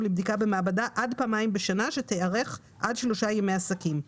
לבדיקה במעבדה פעמיים בשנה שתיערך עד 3 ימי עסקים.